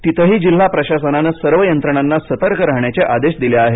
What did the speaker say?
तिथेही जिल्हा प्रशासनानं सर्व यंत्रणांना सतर्क राहण्याचे आदेश दिले आहेत